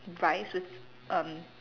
rice with um